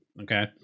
Okay